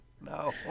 No